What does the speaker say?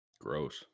Gross